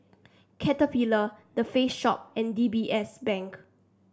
Caterpillar The Face Shop and D B S Bank